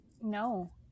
no